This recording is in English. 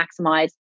maximize